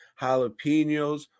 Jalapenos